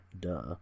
Duh